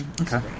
Okay